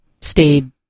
stayed